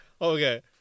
okay